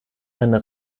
eine